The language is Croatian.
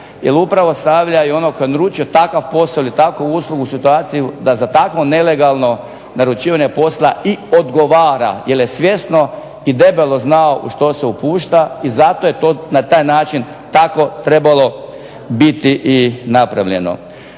upravo stavlja i onog tko je naručio takav posao ili takvu uslugu u situaciju da za takvo nelegalno naručivanje posla i odgovara jer je svjesno i debelo znao u što se upušta i zato je to na taj način tako trebalo biti i napravljeno.